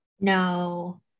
no